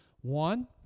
One